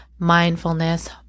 mindfulness